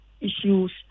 issues